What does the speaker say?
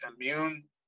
immune